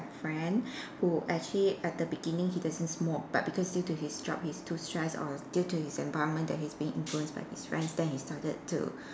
friend who actually at the beginning he doesn't smoke but because due to his job he's too stressed or due to his environment that he's being influenced by his friends then he started to